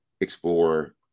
explore